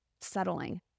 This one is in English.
settling